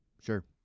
sure